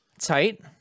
tight